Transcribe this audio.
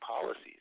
policies